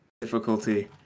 difficulty